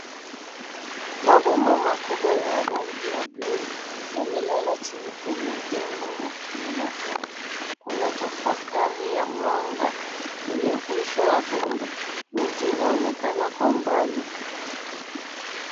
Mabomba makubwa ya rangi ya bluu yamelala chini kwenye udongo wenye matope. Kuna tafakari ya mwanga kwenye uso wa bomba. Miti inaonekana kwa mbali.